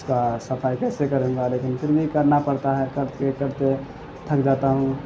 اس کا صفائی کیسے کروں گا لیکن پھر بھی کرنا پرتا ہے کرتے کرتے تھک جاتا ہوں